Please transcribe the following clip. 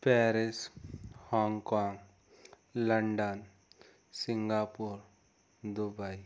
Paris Hong Kong London Singapore Dubai